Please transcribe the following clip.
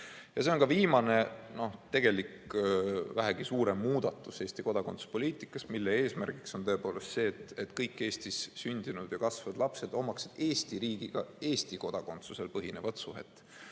See on ka viimane tegelik vähegi suurem muudatus Eesti kodakondsuspoliitikas ja selle eesmärk on tõepoolest see, et kõigil Eestis sündinud ja kasvanud lastel oleks Eesti riigiga Eesti kodakondsusel põhinev suhe.